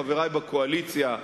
חברי בקואליציה,